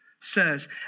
says